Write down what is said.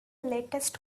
latest